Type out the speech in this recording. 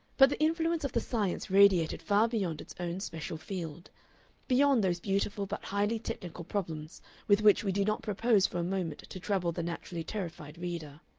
but the influence of the science radiated far beyond its own special field beyond those beautiful but highly technical problems with which we do not propose for a moment to trouble the naturally terrified reader.